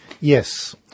Yes